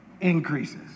Increases